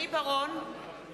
(קוראת בשמות